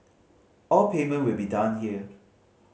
all payment will be done here